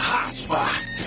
Hotspot